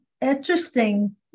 interesting